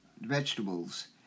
vegetables